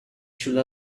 should